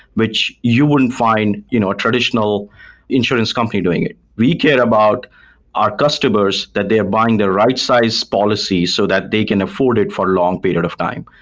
which you wouldn't find you know a traditional insurance company doing it. we care about our customers that they are buying the right-size policy, so that they can afford it for a long period of time.